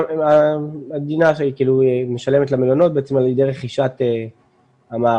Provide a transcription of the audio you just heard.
המדינה משלמת למלונות בעצם על ידי רכישת המערך.